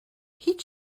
هیچ